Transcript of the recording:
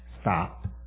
stop